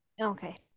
Okay